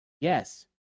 Yes